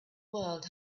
world